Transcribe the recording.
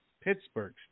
Pittsburgh